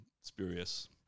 Spurious